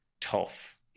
tough